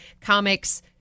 comics